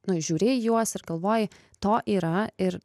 nu žiūri į juos ir galvoji to yra ir